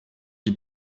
die